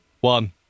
one